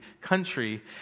country